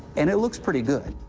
and it looks pretty good.